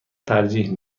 ترجیح